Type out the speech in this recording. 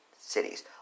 cities